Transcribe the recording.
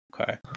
Okay